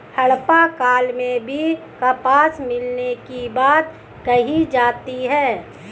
हड़प्पा काल में भी कपास मिलने की बात कही जाती है